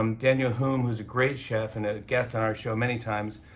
um daniel humm, who's a great chef and a guest on our show many times,